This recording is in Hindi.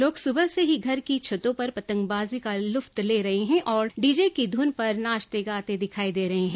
लोग सुबह से ही घर की छतों पर पतंगबाजी का लुफ्त ले रहे है और डीजे की धुन पर नाचते गाते दिखाई दे रहे है